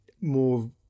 more